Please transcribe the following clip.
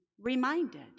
reminded